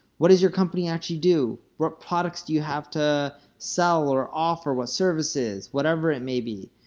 what does your company actually do? what products do you have to sell or offer, what services? whatever it may be.